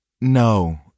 No